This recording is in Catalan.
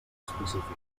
específiques